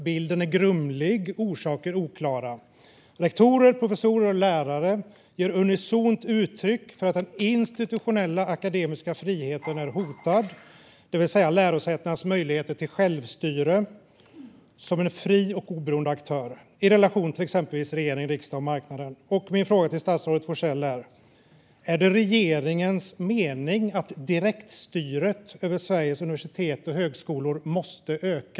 Bilden är grumlig och orsakerna oklara. Rektorer, professorer och lärare ger unisont uttryck för att den institutionella akademiska friheten är hotad, det vill säga lärosätenas möjligheter till självstyre som fria och oberoende aktörer i relation till exempelvis regering, riksdag och marknad. Min fråga till statsrådet Forssell är: Är det regeringens mening att direktstyret av Sveriges universitet och högskolor måste öka?